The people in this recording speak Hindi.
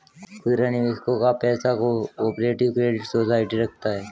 खुदरा निवेशकों का पैसा को ऑपरेटिव क्रेडिट सोसाइटी रखती है